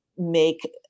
make